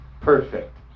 Perfect